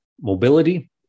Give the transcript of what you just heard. mobility